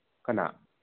ꯀꯅꯥ